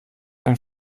ein